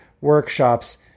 workshops